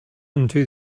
into